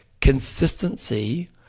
consistency